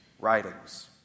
writings